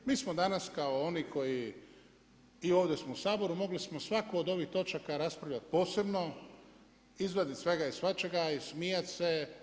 Mi smo danas kao oni koji i ovdje smo u Saboru, mogli smo svaku od ovih točaka raspravljat posebno, izvadit svega i svačega i smijat se.